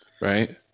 right